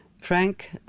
Frank